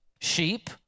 sheep